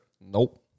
Nope